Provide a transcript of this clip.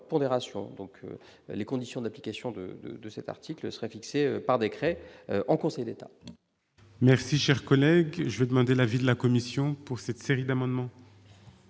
les conditions d'application de de de cet article sera fixé par décret en Conseil d'État. Merci, cher collègue, je vais demander l'avis de la commission pour cette série d'amendements.